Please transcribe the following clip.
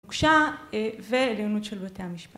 בבקשה ועל הענות של בתי המשפט.